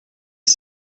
les